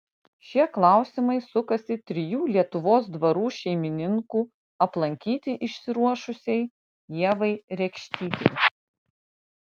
šie klausimai sukasi trijų lietuvos dvarų šeimininkų aplankyti išsiruošusiai ievai rekštytei